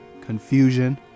confusion